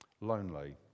lonely